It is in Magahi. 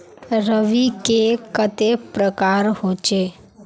रवि के कते प्रकार होचे?